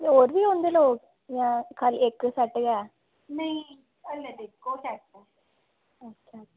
ते होर बी रौहंदे लोग खाल्ली इक्क सैट गै